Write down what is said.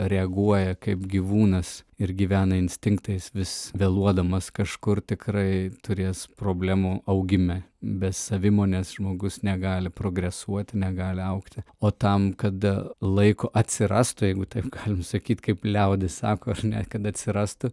reaguoja kaip gyvūnas ir gyvena instinktais vis vėluodamas kažkur tikrai turės problemų augime be savimonės žmogus negali progresuoti negali augti o tam kada laiko atsirastų jeigu taip galim sakyt kaip liaudis sako ar ne kad atsirastų